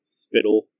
spittle